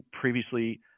previously